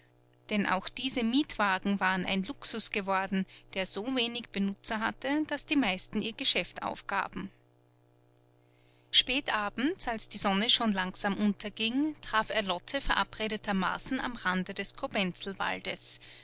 denn auch diese mietwagen waren ein luxus geworden der so wenig benutzer hatte daß die meisten ihr geschäft aufgaben spät abends als die sonne schon langsam unterging traf er lotte verabredetermaßen am rande des